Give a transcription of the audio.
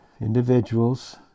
individuals